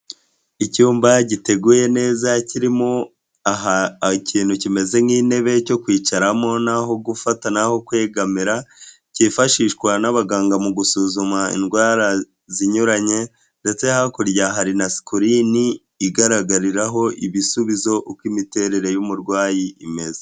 Icyumba giteguye neza kirimo ikintu kimeze nk'intebe cyo kwicaramo n'aho gufata n'aho kwegamira, cyifashishwa n'abaganga mu gusuzuma indwara zinyuranye ndetse hakurya hari na sikirini igaragariraho ibisubizo uko imiterere y'umurwayi imeze.